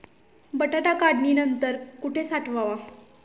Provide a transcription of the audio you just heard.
बटाटा काढणी नंतर कुठे साठवावा?